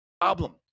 problem